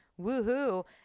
woohoo